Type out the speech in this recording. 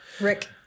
Rick